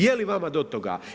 Je li vama do toga?